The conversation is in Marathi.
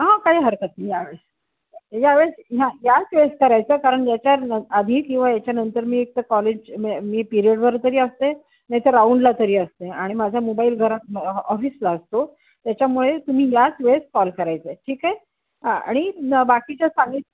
हा काही हरकत नाही यावेळेस यावेळेस ह्या याच वेळेस करायचं कारण याच्या न आधी किंवा याच्यानंतर मी एकतर कॉलेज मी पिरियडवर तरी असते नाहीतर राउंडला तरी असते आणि माझा मोबाईल घरात ऑफिसला असतो त्याच्यामुळे तुम्ही याच वेळेस कॉल करायचं आहे ठीक आहे हा आणि न बाकीच्या साग